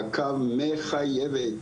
מעקב מחייבת,